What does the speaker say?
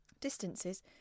distances